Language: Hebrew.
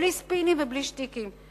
בלי ספינים ובלי שטיקים.